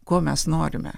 ko mes norime